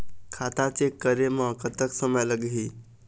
खाता चेक करे म कतक समय लगही?